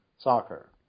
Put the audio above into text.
soccer